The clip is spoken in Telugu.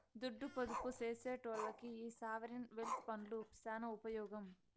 దుడ్డు పొదుపు సేసెటోల్లకి ఈ సావరీన్ వెల్త్ ఫండ్లు సాన ఉపమోగం